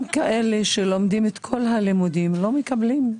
גם כאלה שלומדים את כל הלימודים לא מקבלים,